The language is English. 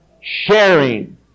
sharing